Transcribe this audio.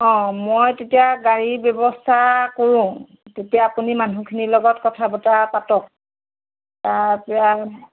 অ মই তেতিয়া গাড়ীৰ ব্যৱস্থা কৰোঁ তেতিয়া আপুনি মানুহখিনিৰ লগত কথা বতৰা পাতক তাৰপৰা